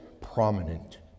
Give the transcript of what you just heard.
prominent